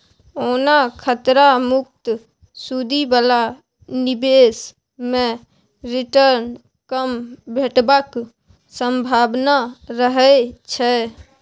ओना खतरा मुक्त सुदि बला निबेश मे रिटर्न कम भेटबाक संभाबना रहय छै